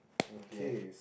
okay